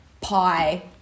pie